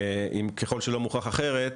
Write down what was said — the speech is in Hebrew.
ככל שלא מוכח אחרת,